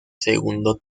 segundo